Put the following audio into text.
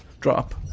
Drop